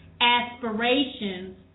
aspirations